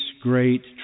great